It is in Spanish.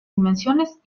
dimensiones